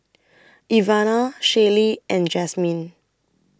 Ivana Shaylee and Jazmine